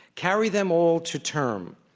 carry them all to term,